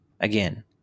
Again